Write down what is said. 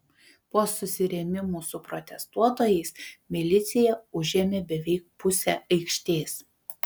po susirėmimų su protestuotojais milicija užėmė beveik pusę aikštės